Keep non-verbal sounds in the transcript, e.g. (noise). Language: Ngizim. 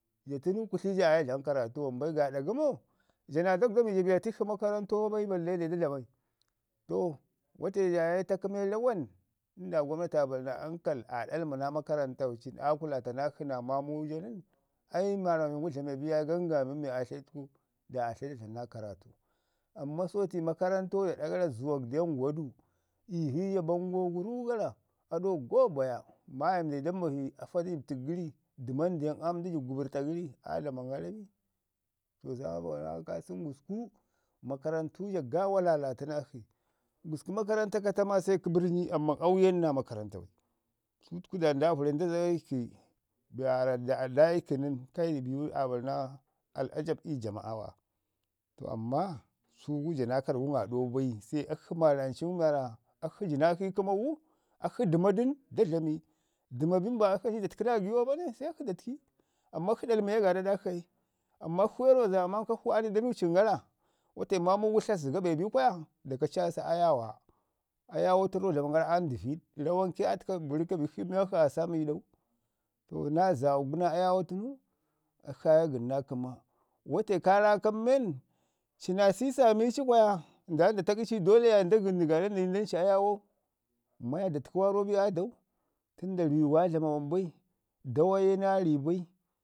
ja tənin kutli ja aaye dlama karratu wam bai gaaɗa gəmo? ja naa dawda mi waarra ja biyatikshi makarrantau bai balle dayi da sa dlama. To wate jaa ye ta kəmo i rawan? Indaa gwamnati aa bari naa ankal aa ɗalma naa makarrantawuni aa kulato naa maamu ka nən, ai mwamamin gu dlamu bi yaaye gangamin mi aa tdayi təku daa a tlayi da dlamu naa karratu. Amman so makarrantau naa aɗa gara zywak deu ngea du, ivu bango gu rrugara, aɗau go baya. Maayim da yi da nibashi, afa da jəb tək gəri, dəmam den am da jəb gubərrta gərri aa dlaman gau bi? (unintelligible) be gaawo rro naa kaasən gusku, karrantu ja gaawa lalatu nakshi. Gusku makarranta kata ma se kə burni rauyem naa makarranta bai. sutku da nda vəna (unintelligible) be waarra ndai ki nən, kai bimu aa bari naa bih ajab ii ndaawa, to amman su gu ja naa karrgu aa ɗau bai, se akshi maaramein gu waarra akshi ji nakshi kəmau, gu akshi dəma dən da dlami, dəma bin ba akshi ancu da təki na gagiwa bane, se akshi da təki. Amman akshi ɗalmi gaaɗa gaɗakshi ai, amman akshi ye rro zaaman kalshu aa ni da nuucin gara. Wate maamu tla zəga be bi kwaya, da kaci aa sa ayawa. Ayaawo tən rro dlamən gara ka am dəviɗi rawam ke aa təka vərka bikshi i mirak aa təka sa am ii ɗau, to naa zaawak gu naa ayaawo tənu akshi aa ye gən naa kəma. Wate kaa raakan nən men, ci naa sisi aa mi ci kwaya, nda ya nda taki ci ii dolle nda gən du gaaɗa nda yi ndan ci ayaawau maya da təki waarro bi aa dau, tən da ruwi ga aa dlama wam bai, dawa ye naa ri bai,